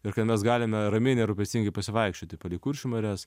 ir kad mes galime ramiai nerūpestingai pasivaikščioti palei kuršių marias